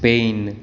spine